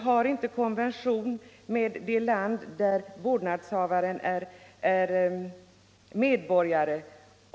Vi har inte konvention med det land där vårdnadshavaren i fråga är medborgare.